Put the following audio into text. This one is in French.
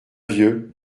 vieux